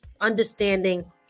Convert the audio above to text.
understanding